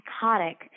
psychotic